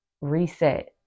reset